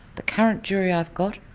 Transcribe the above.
the current jury i've got,